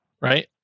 right